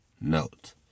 note